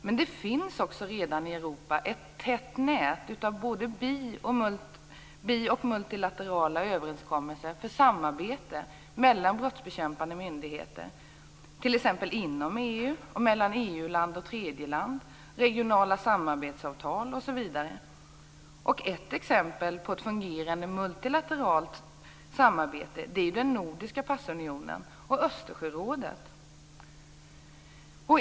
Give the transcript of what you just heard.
Men det finns också redan i Europa ett tätt nät av både bi och multilaterala överenskommelser för samarbete mellan brottsbekämpande myndigheter, t.ex. inom EU, mellan EU-land och tredje land, regionala samarbetsavtal osv. Exempel på fungerande multilateralt samarbete är den nordiska passunionen och Östersjörådet.